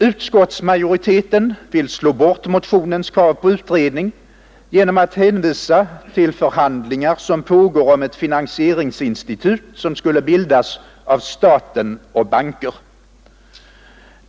Utskottsmajoriteten vill slå bort motionens krav på utredning genom att hänvisa till pågående förhandlingar om ett finansieringsinstitut, som skulle bildas av staten och banker.